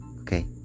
okay